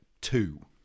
two